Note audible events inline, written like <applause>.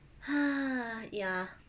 <breath> ya